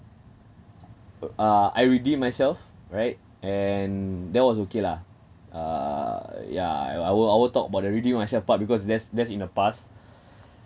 uh I redeemed myself right and that was okay lah uh ya I will I will talk about the redeem myself part because that's that's in the past